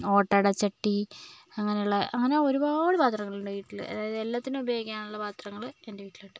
ഓട്ടടച്ചട്ടി അങ്ങനെയുള്ള അങ്ങനെ ഒരുപാട് പാത്രങ്ങളുണ്ട് വീട്ടില് അതായത് എല്ലാത്തിനും ഉപയോഗിക്കാനുള്ള പാത്രങ്ങള് എൻ്റെ വീട്ടിലുണ്ട്